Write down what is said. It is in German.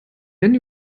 wenn